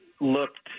looked